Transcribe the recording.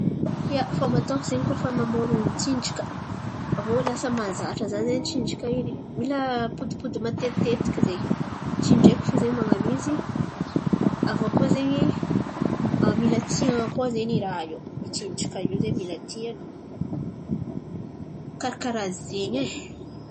Ia, fômba ataoko zen̈y koa fa mamôron̈o tsinjaka aviô lasa mahazatra za zen̈y tsinjaka in̈y, mila ampodimpody matetitekiky zen̈y. Tsy indraiky fo zen̈y man̈ano izy. Aviô koa zen̈y mila tian̈a koa zen̈y i raha io. I tsinjaka io zen̈y mila tian̈a. Karà karàha zen̈y e.